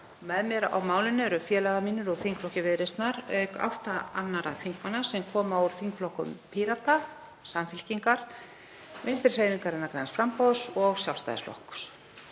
Með mér á málinu eru félagar mínir úr þingflokki Viðreisnar auk átta annarra þingmanna sem koma úr þingflokkum Pírata, Samfylkingar, Vinstrihreyfingarinnar – græns framboðs og Sjálfstæðisflokks.